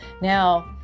Now